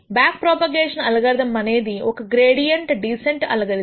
back propagation అల్గోరిథమ్అనేది ఒక gradient descent algorithm